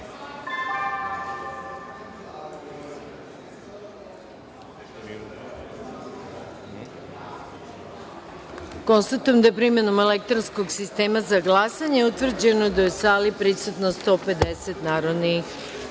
da je primenom elektronskog sistema za glasanje utvrđeno da je u sali prisutno 150 narodnih